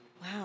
Wow